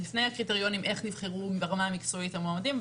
לפני הקריטריונים איך נבחרו רמה המקצועית המועמדים,